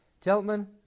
Gentlemen